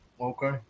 Okay